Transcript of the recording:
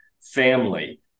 family